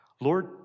Lord